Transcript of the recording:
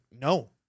No